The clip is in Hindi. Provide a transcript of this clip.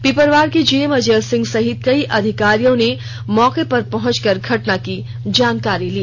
पिपरवार जीएम अजय सिंह सहित कई अधिकारियों ने मौके पर पहुंच कर घटना की जानकारी ली